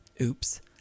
Oops